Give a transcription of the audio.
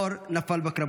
אור נפל בקרבות.